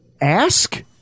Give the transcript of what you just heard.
ask